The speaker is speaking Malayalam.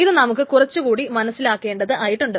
ഇത് നമുക്ക് കുറച്ചു കൂടി മനസ്സിലാക്കേണ്ടതായിട്ടുണ്ട്